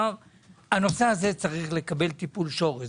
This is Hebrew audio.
הנושא הזה צריך לקבל טיפול שורש,